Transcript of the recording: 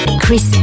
Chris